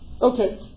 okay